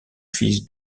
fils